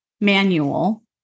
manual